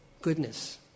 goodness